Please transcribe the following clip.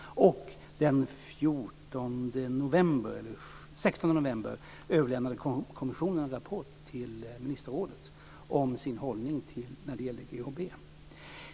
Den 16 november överlämnade kommissionen en rapport till ministerrådet om sin hållning när det gällde GHB.